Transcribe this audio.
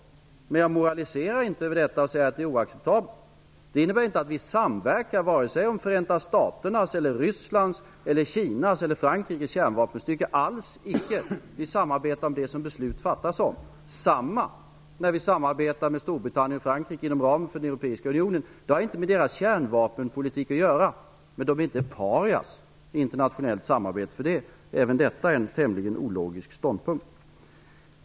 Men jag moraliserar inte över detta och säger att det är oacceptabelt. Detta innebär inte att vi samverkar om vare sig Förenta staternas, Rysslands, Kinas eller Frankrikes kärnvapenstyrka. Alls icke. Vi samarbetar om det som beslut fattas om. Detsamma gäller när vi samarbetar med Storbritannien och Frankrike inom ramen för den europeiska unionen. Det har inte med deras kärnvapenpolitik att göra. De är inte paria i internationellt samarbete. Även detta är en tämligen ologisk ståndpunkt.